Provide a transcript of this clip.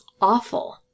awful